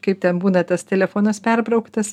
kaip tebūna tas telefonas perbrauktas